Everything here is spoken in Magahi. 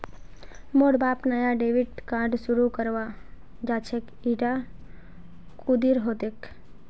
मोर बाप नाया डेबिट कार्ड शुरू करवा चाहछेक इटा कुंदीर हतेक